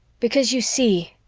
because, you see,